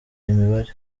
imibare